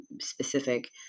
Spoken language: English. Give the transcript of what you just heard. specific